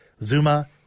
Zuma